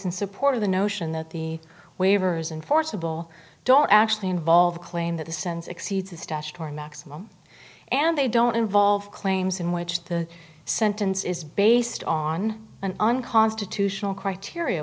in support of the notion that the waivers and forcible don't actually involve claim that the sense exceeds the statutory maximum and they don't involve claims in which the sentence is based on an unconstitutional criteria